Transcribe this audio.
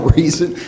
reason